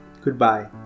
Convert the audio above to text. Goodbye